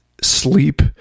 sleep